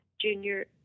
Junior